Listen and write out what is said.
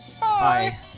Bye